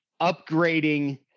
upgrading